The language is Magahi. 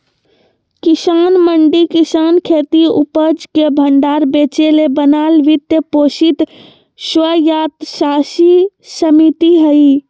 किसान मंडी किसानखेती उपज के भण्डार बेचेले बनाल वित्त पोषित स्वयात्तशासी समिति हइ